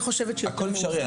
הכול אפשרי.